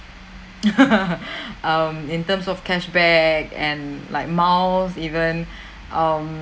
in terms of cashback and like miles even um